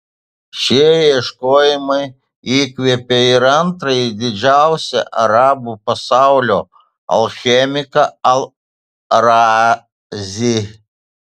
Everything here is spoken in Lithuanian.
šie ieškojimai įkvėpė ir antrąjį didžiausią arabų pasaulio alchemiką al razį